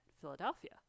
Philadelphia